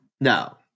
No